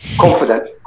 confident